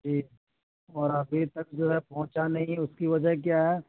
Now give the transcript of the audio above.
جی اور ابھی تک جو ہے پہنچا نہیں اس کی وجہ کیا ہے